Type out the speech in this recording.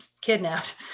kidnapped